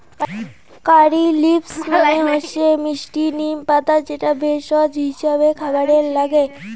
কারী leaves মানে হসে মিস্টি নিম পাতা যেটা ভেষজ হিছাবে খাবারে নাগে